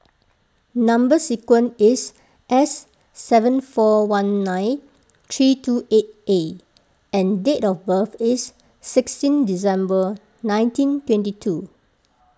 Number Sequence is S seven four one nine three two eight A and date of birth is sixteen December nineteen twenty two